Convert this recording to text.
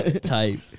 type